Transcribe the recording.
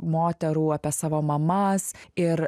moterų apie savo mamas ir